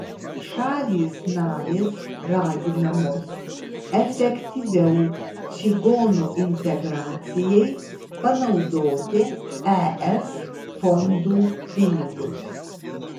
šalys narės raginamos efektyviau čigonų integracijai panaudoti es fondų pinigus